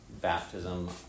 baptism